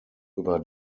über